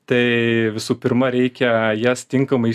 tai visų pirma reikia jas tinkamai